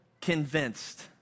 convinced